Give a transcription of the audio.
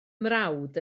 mrawd